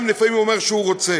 גם אם לפעמים הוא אומר שהוא רוצה.